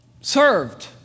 served